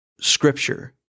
scripture